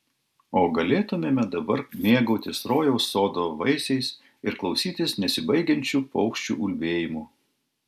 o galėtumėme dabar mėgautis rojaus sodo vaisiais ir klausytis nesibaigiančių paukščių ulbėjimų